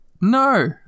No